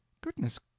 goodness